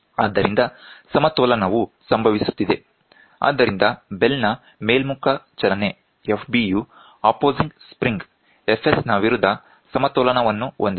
ಆದ್ದರಿಂದ ಸಮತೋಲನವು ಸಂಭವಿಸುತ್ತಿದೆ ಆದ್ದರಿಂದ ಬೆಲ್ ನ ಮೇಲ್ಮುಖ ಚಲನೆ Fb ಯು ಅಪೋಸಿಂಗ್ ಸ್ಪ್ರಿಂಗ್ Fs ನ ವಿರುದ್ಧ ಸಮತೋಲನವನ್ನು ಹೊಂದಿದೆ